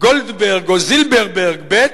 גולדברג או זילברברג ב'.